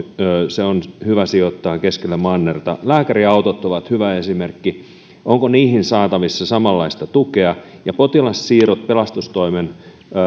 se on hyvä sijoittaa keskelle mannerta lääkäriautot ovat hyvä esimerkki onko niihin saatavissa samanlaista tukea ja potilassiirrot pelastustoimen